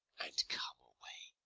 and come away.